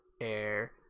air